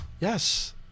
Yes